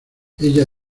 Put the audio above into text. ella